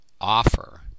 offer